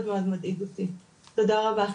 מאוד מאוד מדאיג אותי, תודה רבה.